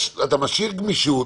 אתה משאיר גמישות,